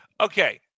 Okay